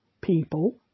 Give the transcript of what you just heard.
people